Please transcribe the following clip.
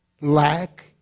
lack